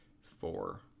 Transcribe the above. four